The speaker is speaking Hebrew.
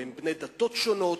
או שהם בני דתות שונות,